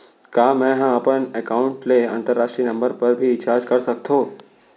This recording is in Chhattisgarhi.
का मै ह अपन एकाउंट ले अंतरराष्ट्रीय नंबर पर भी रिचार्ज कर सकथो